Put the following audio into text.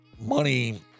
money